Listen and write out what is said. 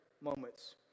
moments